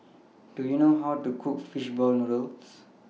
Do YOU know How to Cook Fish Ball Noodles